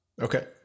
Okay